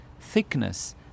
thickness